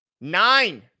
Nine